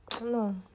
No